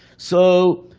so,